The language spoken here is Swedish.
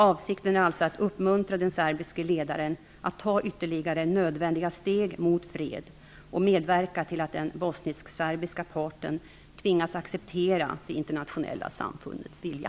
Avsikten är alltså att uppmuntra den serbiske ledaren att ta ytterligare nödvändiga steg mot fred och att medverka till att den bosnisk-serbiska parten tvingas acceptera det internationella samfundets vilja.